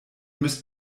müsst